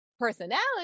personality